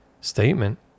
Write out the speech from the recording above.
statement